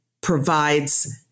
provides